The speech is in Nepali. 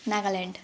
नागाल्यान्ड